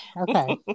okay